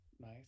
nice